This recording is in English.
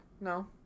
No